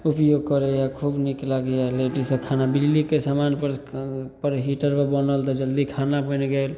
उपयोग करैए खूब नीक लागैए लेडीसभ खाना बिजलीके समानपर पर हीटरपर बनल तऽ जल्दी खाना बनि गेल